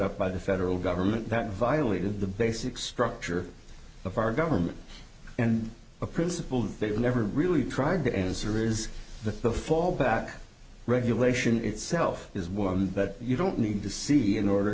up by the federal government that violated the basic structure of our government and a principle that they were never really tried to answer is the the fallback regulation itself is one but you don't need to see in order